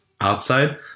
outside